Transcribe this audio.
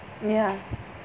ya